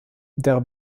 der